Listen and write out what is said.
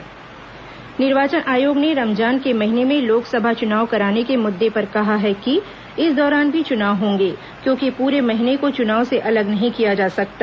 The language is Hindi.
निर्वाचन आयोग रमजान निर्वाचन आयोग ने रमजान के महीने में लोकसभा चुनाव कराने के मुद्दे पर कहा है कि इस दौरान भी चुनाव होंगे क्योंकि पूरे महीने को चुनाव से अलग नहीं किया जा सकता